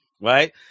right